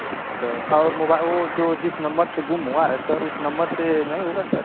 तो सर और मोबा वो जो जिस नंबर से गुम हुआ है सर उस नंबर से नहीं होगा सर